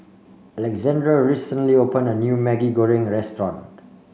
Alexandra recently opened a new Maggi Goreng restaurant